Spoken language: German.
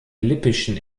lippischen